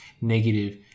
negative